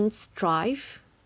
collins drive